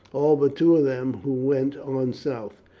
all but two of them, who went on south.